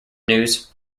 news